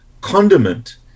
condiment